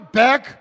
back